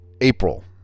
April